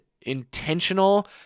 intentional